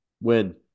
Win